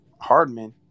Hardman